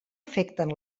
afecten